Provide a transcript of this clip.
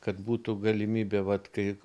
kad būtų galimybė vat kai